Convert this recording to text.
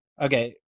okay